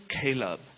Caleb